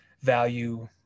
value